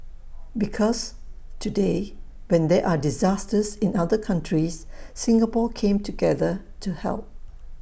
because today when there are disasters in other countries Singapore came together to help